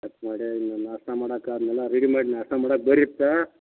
check ಮಾಡೆ ಇನ್ನು ನಾಷ್ಟ್ನ ಮಾಡಕ್ಕೆ ಅದನ್ನೆಲ್ಲ ರೆಡಿ ಮಾಡಿ ನಾಷ್ಟ್ನ ಮಾಡಕ್ಕೆ ಬರ್ರಿ ಇತ್ತ